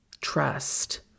trust